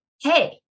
hey